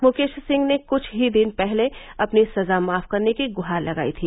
मुकेश सिंह ने कुछ ही दिन पहले अपनी सजा माफ करने की गुहार लगाई थी